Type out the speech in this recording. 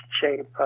shape